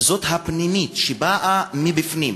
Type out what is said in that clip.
היא זו הפנימית, שבאה מבפנים,